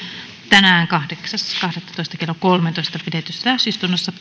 tänään kahdeksas kahdettatoista kaksituhattaseitsemäntoista kello kolmessatoista pidetyssä täysistunnossa